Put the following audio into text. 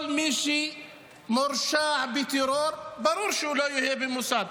כל מי שמורשע בטרור, ברור שהוא לא יהיה במוסד,